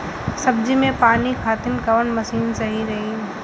सब्जी में पानी खातिन कवन मशीन सही रही?